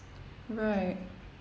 right